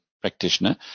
practitioner